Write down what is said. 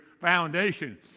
foundation